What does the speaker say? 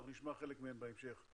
אנחנו נשמע חלק מהן בהמשך.